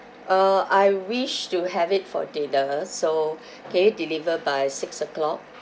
uh I wish to have it for dinner so can you deliver by six O'clock